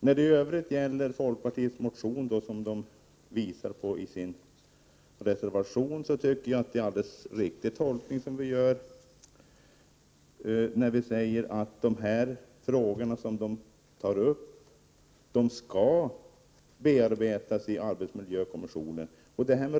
När det i övrigt gäller folkpartiets motion, som utskottets folkpartister hänvisar till i reservation 3, tycker jag att det är en alldeles riktig tolkning som vi gör, när vi säger att de frågor som där tas upp skall bearbetas i arbetsmiljökommissionen.